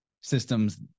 systems